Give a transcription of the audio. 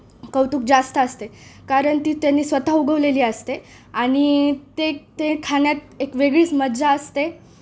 कौतुक जास्त असते कारण ती त्यांनी स्वतः उगवलेली असते आणि ते ते खाण्यात एक वेगळीच मज्जा असते